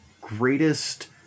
greatest